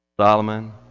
Solomon